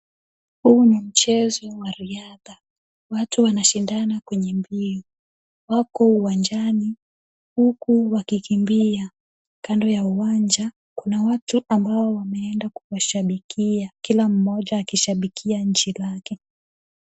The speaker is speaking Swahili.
Huu ni mchezo wa riadha. Watu wanashindana kwenye mbio. Wako uwanjani, huku wakikimbia. Kando ya uwanja kuna watu ambao wameenda kuwashabikia, kila mmoja akishabikia nchi lake.